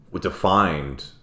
defined